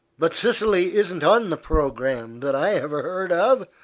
but sicily isn't on the programme, that i ever heard of.